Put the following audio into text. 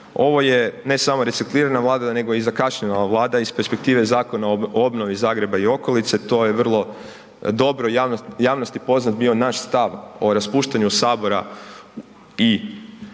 ovo je ne samo reciklirana vlada nego i zakašnjela vlada iz perspektive Zakona o obnovi Zagreba i okolice, to je vrlo dobro javnosti poznat bio naš stav o raspuštanju sabora i